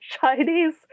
Chinese